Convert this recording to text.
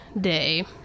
day